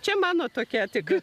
čia mano tokia tik